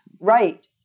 Right